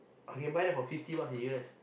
I can buy that for fifty bucks in U_S